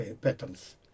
patterns